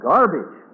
Garbage